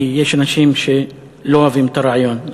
כי יש אנשים שלא אוהבים את הרעיון.